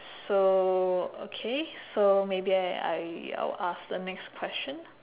so okay so maybe I I I'll ask the next question